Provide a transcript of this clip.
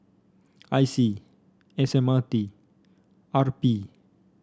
I C S M R T R P